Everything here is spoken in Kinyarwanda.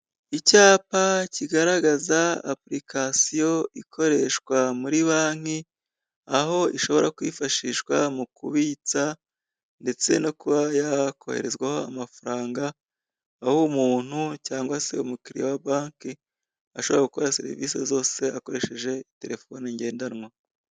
Icyapa kigaragaza application ikoreshwa muri banki aho ishobora kwifashishwa mu kubitsa ndetse no kuba yakoherezwaho amafaranga aho umuntu cyangwa se umukiriya wa banke ashobora gukora serivise zose akoresheje telefone ngendanwa.